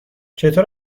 چطور